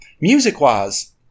music-wise